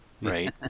right